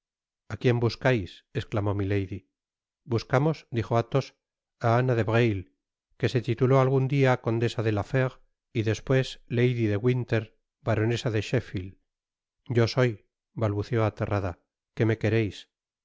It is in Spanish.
a quién buscais esclamó milady buscamos dijo athos á ana de breuil que se tituló algun dia condesa de la fére y despues lady de winter baronesa de sheffietd yo soy balbuceó aterrada qué me quereis